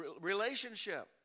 relationship